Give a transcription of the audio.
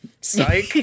Psych